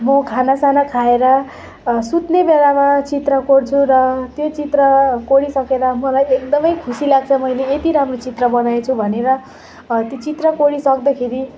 म खानासाना खाएर सुत्ने बेलामा चित्र कोर्छु र त्यो चित्र कोरिसकेर मलाई एकदमै खुसी लाग्छ मैले यति राम्रो चित्र बनाएछु भनेर त्यो चित्र कोरिसक्दाखेरि